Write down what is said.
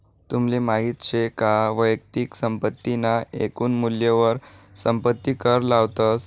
तुमले माहित शे का वैयक्तिक संपत्ती ना एकून मूल्यवर संपत्ती कर लावतस